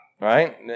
Right